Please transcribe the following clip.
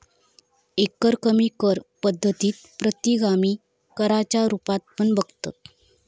एकरकमी कर पद्धतीक प्रतिगामी कराच्या रुपात पण बघतत